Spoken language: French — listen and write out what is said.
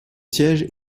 siège